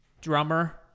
drummer